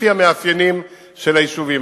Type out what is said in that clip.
לפי המאפיינים של היישובים.